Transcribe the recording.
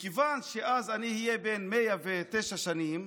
מכיוון שאז אני אהיה בן 109 שנים,